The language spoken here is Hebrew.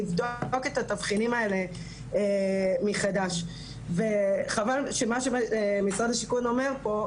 לבדוק את התבחינים האלה מחדש וחבל שמה שמשרד השיכון אומר פה,